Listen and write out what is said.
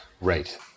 Right